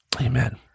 Amen